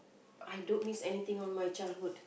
I don't miss anything on my childhood